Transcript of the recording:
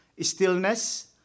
stillness